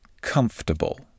comfortable